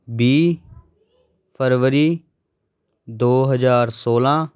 ਵੀਹ ਫਰਵਰੀ ਦੋ ਹਜ਼ਾਰ ਸੌਲਾਂ